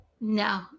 No